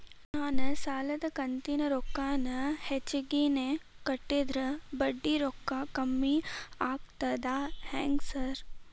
ನಾನ್ ಸಾಲದ ಕಂತಿನ ರೊಕ್ಕಾನ ಹೆಚ್ಚಿಗೆನೇ ಕಟ್ಟಿದ್ರ ಬಡ್ಡಿ ರೊಕ್ಕಾ ಕಮ್ಮಿ ಆಗ್ತದಾ ಹೆಂಗ್ ಸಾರ್?